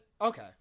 okay